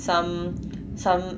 some some